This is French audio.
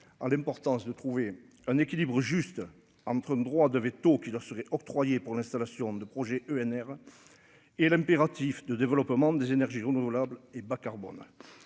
en l'importance de trouver un équilibre juste entre un droit de véto qui leur seraient octroyés pour l'installation de projets ENR et l'impératif de développement des énergies renouvelables et bas carbone,